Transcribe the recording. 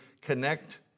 connect